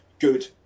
good